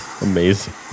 amazing